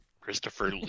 Christopher